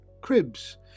cribs